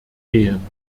gehen